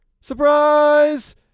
Surprise